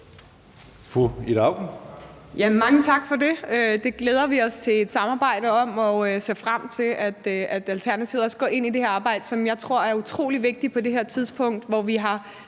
Mange tak for det. Det glæder vi os til et samarbejde om, og vi ser frem til, at Alternativet også går ind i det her arbejde, som jeg tror er utrolig vigtigt på det her tidspunkt, hvor vi har